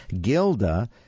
Gilda